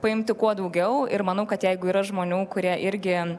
paimti kuo daugiau ir manau kad jeigu yra žmonių kurie irgi